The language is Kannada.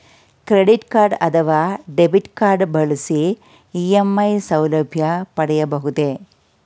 ಕ್ರೆಡಿಟ್ ಕಾರ್ಡ್ ಅಥವಾ ಡೆಬಿಟ್ ಕಾರ್ಡ್ ಬಳಸಿ ಇ.ಎಂ.ಐ ಸೌಲಭ್ಯ ಪಡೆಯಬಹುದೇ?